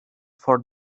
for